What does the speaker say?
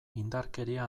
indarkeria